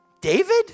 David